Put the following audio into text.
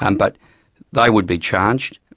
um but they would be charged.